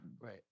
Right